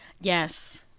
Yes